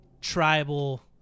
tribal